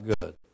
good